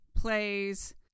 plays